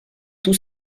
tout